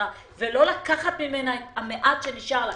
לא לקחת ממנה את המעט שנשאר לה.